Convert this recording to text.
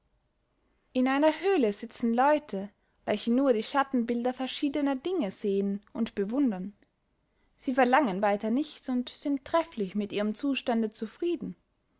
in einer höhle sitzen leute welche nur die schattenbilder verschiedener dinge sehen und bewundern sie verlangen weiter nichts und sind treflich mit ihrem zustande zufrieden